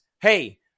Hey